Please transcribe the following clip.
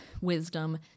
wisdom